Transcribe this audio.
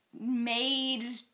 made